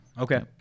Okay